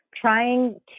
trying